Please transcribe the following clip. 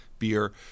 beer